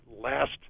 last